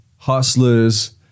hustlers